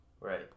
Right